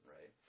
right